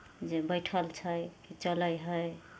जे बैठल छै चलै हइ